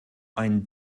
ein